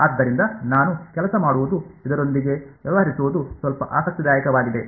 ಆದ್ದರಿಂದ ನಾನು ಕೆಲಸ ಮಾಡುವುದು ಇದರೊಂದಿಗೆ ವ್ಯವಹರಿಸುವುದು ಸ್ವಲ್ಪ ಆಸಕ್ತಿದಾಯಕವಾಗಿದೆ